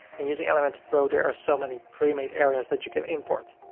and using elementor pro, there are so many pre-made areas that you can import.